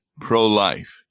pro-life